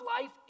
life